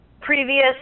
previous